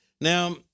Now